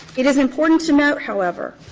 it is important to note, however,